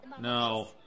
No